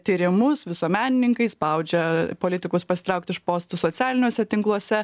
tyrimus visuomenininkai spaudžia politikus pasitraukti iš postų socialiniuose tinkluose